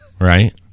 right